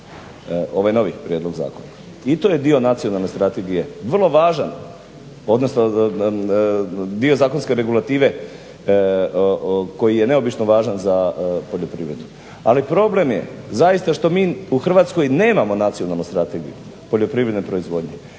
ovaj novi prijedlog zakona i to je dio nacionalne strategije vrlo važan odnosno dio zakonske regulative koji je neobično važan za poljoprivredu. Ali problem je zaista što mi u Hrvatskoj nemamo nacionalnu strategiju poljoprivredne proizvodnje.